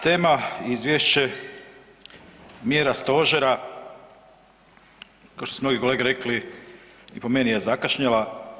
Tema izvješće mjera stožera kao što su mnogi kolege rekli i po meni je zakašnjela.